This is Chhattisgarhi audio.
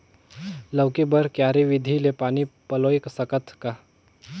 लौकी बर क्यारी विधि ले पानी पलोय सकत का?